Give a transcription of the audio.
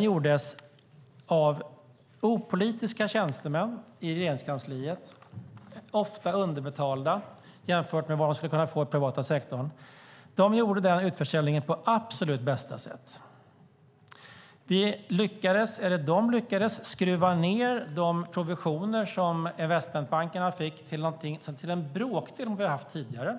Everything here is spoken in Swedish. gjordes av opolitiska tjänstemän i Regeringskansliet - de är ofta underbetalda jämfört med hur det är i den privata sektorn. De gjorde den utförsäljningen på absolut bästa sätt. De lyckades skruva ned de provisioner som investmentbankerna fick till en bråkdel jämfört med vad de haft tidigare.